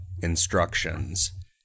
instructions